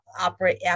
operate